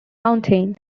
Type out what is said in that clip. mountain